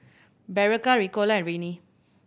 Berocca Ricola and Rene